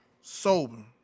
sober